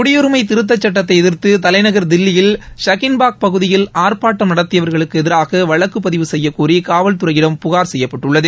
குடியரிமை திருத்தச்சுட்டத்தை எதிர்த்து தலைநகர் தில்லியில் ஷஹின்பாக் பகுதியில் ஆர்ப்பாட்டம் நடத்தியவர்களுக்கு எதிராக வழக்கு பதிவு செய்யக்கோரி காவல்துறையிடம் புகார் செய்யப்பட்டுள்ளது